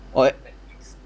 orh like